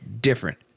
different